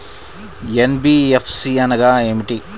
NBFC అనగా ఏమిటీ?